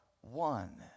one